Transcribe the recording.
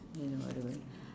mm horrible